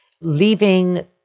Leaving